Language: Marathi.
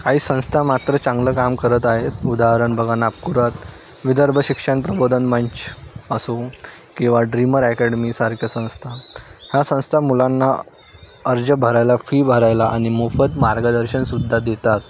काही संस्था मात्र चांगलं काम करत आहेत उदाहरण बघा नागपुरात विदर्भ शिक्षण प्रबोधन मंच असो किंवा ड्रीमर ॲकॅडमी सारख्या संस्था ह्या संस्था मुलांना अर्ज भरायला फी भरायला आणि मोफत मार्गदर्शनसुद्धा देतात